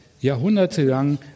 jahrhundertelang